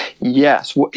Yes